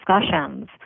discussions